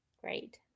great